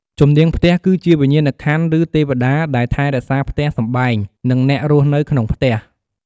ជំនាងផ្ទះគឺជាវិញ្ញាណក្ខន្ធឬទេវតាដែលថែរក្សាផ្ទះសម្បែងនិងអ្នករស់នៅក្នុងផ្ទះ។